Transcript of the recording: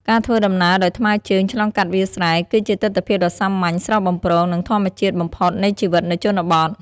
ការធ្វើដំណើរដោយថ្មើរជើងឆ្លងកាត់វាលស្រែ គឺជាទិដ្ឋភាពដ៏សាមញ្ញ ស្រស់បំព្រង និងធម្មជាតិបំផុតនៃជីវិតនៅជនបទ។